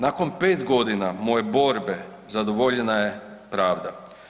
Nakon 5.g. moje borbe zadovoljena je pravda.